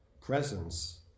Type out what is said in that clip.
presence